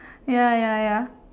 ya ya ya